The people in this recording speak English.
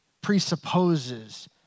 presupposes